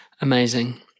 Amazing